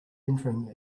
entering